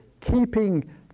keeping